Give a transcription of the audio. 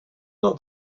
not